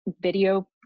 video